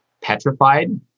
Petrified